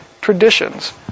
traditions